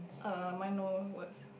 uh mine no words